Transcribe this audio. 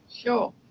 Sure